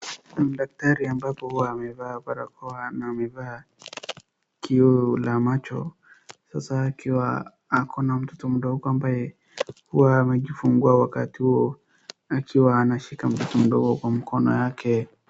Daktari ambapo huwa amevaa barakoa na amevaa kioo la macho. Sasa akiwa ako na mtoto mdogo ambaye huwa amejifungua wakati huo akiwa anashika mtoto mdogo kwa mkono yake.